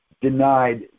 denied